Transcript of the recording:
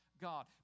God